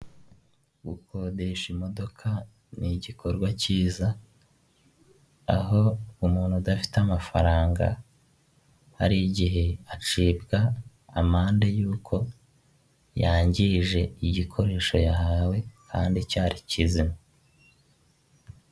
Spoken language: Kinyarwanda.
Gukodesha imodoka ni igikorwa cyiza, aho umuntu udafite amafaranga hari igihe acibwa amande y'uko yangije igikoresho yahawe kandi cyari kizima.